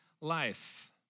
life